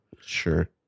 Sure